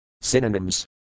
Synonyms